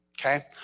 Okay